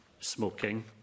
smoking